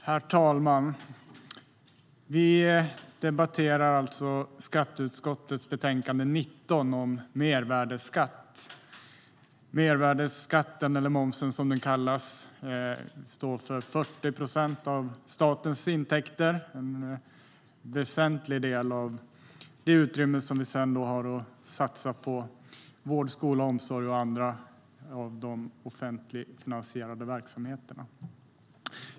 Herr talman! Vi debatterar alltså skatteutskottets betänkande 19 om mervärdesskatt. Mervärdesskatten, eller momsen som den kallas, står för 40 procent av statens intäkter. Det är en väsentlig del av det utrymme som vi sedan har att satsa på vård, skola och omsorg och andra offentligfinansierade verksamheter.